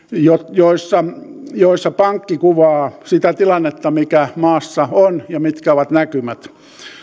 joissa joissa pankki kuvaa sitä tilannetta mikä maassa on ja sitä mitkä ovat näkymät